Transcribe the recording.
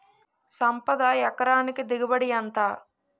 సంపద ఎకరానికి దిగుబడి ఎంత?